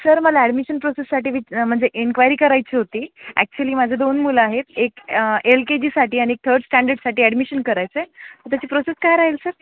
sir मला admission प्रोसेससाठी which म्हणजे एन्क्वायरी करायची होती ॲक्च्युली माझं दोन मुलं आहेत एक एल के जीसाठी आणि थर्ड स्टँडर्डसाठी ॲडमिशन करायचं आहे त्याची प्रोसेस काय राहील सर